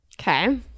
Okay